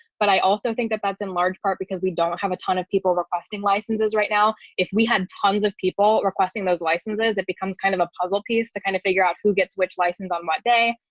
but i also think that that's in large part because we don't have a ton of people requesting licenses right now, if we had tons of people requesting those licenses, it becomes kind of a puzzle piece to kind of figure out who gets which license on what day.